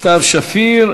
סתיו שפיר.